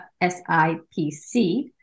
SIPC